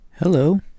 hello